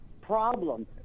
problem